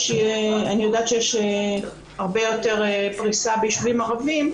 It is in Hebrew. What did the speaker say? אני יודעת שיש הרבה יותר פריסה בישובים ערביים.